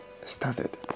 started